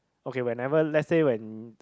okay whenever let's say when